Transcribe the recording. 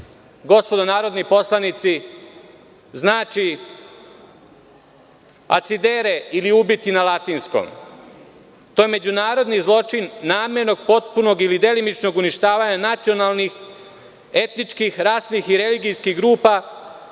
gospodo narodni poslanici, znači acidere ili „ubiti“ na latinskom. To je međunarodni zločin namernog, potpunog ili delimičnog uništavanja nacionalnog, etničkih, rasnih i religijskih grupa